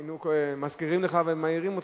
היינו מזכירים לך ומעירים אותך.